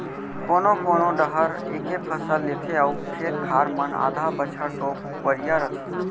कोनो कोना डाहर एके फसल लेथे अउ खेत खार मन आधा बछर तो परिया रथें